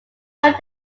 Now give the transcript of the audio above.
very